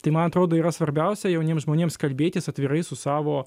tai man atrodo yra svarbiausia jauniems žmonėms kalbėtis atvirai su savo